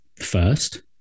first